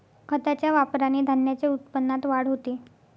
खताच्या वापराने धान्याच्या उत्पन्नात वाढ होते